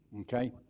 okay